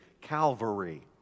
Calvary